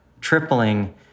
tripling